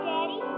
Daddy